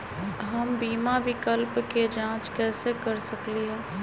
हम बीमा विकल्प के जाँच कैसे कर सकली ह?